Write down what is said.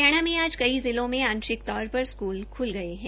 हरियाण में आज कई जिलों में आशिंक तौर पर स्कल ख्ल गये है